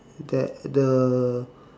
there the